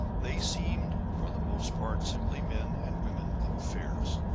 they seemed for the most part simply men and women of affairs.